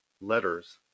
letters